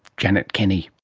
janet kenny